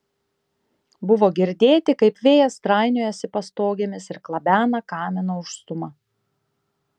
buvo girdėti kaip vėjas trainiojasi pastogėmis ir klabena kamino užstūmą